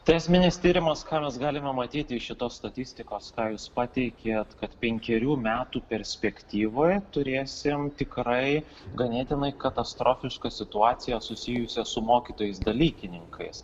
teisminis tyrimas ką mes galima matyti iš šitos statistikos ką jūs pateikėt kad penkerių metų perspektyvoj turėsim tikrai ganėtinai katastrofišką situaciją susijusią su mokytojais dalykininkais